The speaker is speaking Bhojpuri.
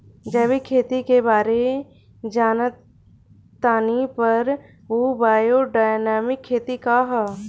जैविक खेती के बारे जान तानी पर उ बायोडायनमिक खेती का ह?